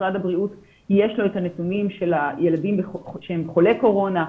למשרד הבריאות יש הנתונים של הילדים שהם חולי קורונה,